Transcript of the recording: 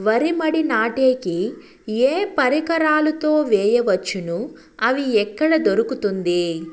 వరి మడి నాటే కి ఏ పరికరాలు తో వేయవచ్చును అవి ఎక్కడ దొరుకుతుంది?